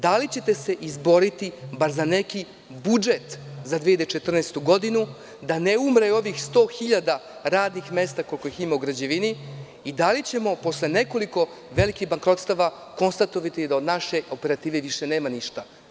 Da li ćete se izboriti bar za neki budžet za 2014. godinu, da ne umre ovih 100.000 radnih mesta, koliko ih ima u građevini i da li ćemo posle nekoliko velikih bankrotstava konstatovati da od naše operative više nema ništa?